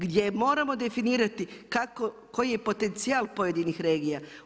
Gdje moramo definirati, kako, koji je potencijal pojedinih regija.